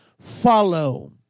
follow